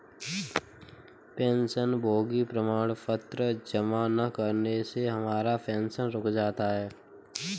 पेंशनभोगी प्रमाण पत्र जमा न करने से हमारा पेंशन रुक जाता है